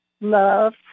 love